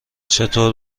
چطور